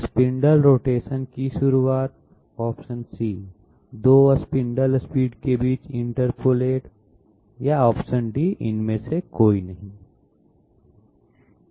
spindle rotation की शुरुआत 2 spindle speed के बीच इंटरपोलेट इनमें से कोई भी नहीं